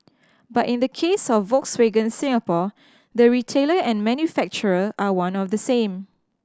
but in the case of Volkswagen Singapore the retailer and manufacturer are one of the same